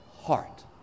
heart